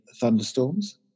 thunderstorms